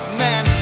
man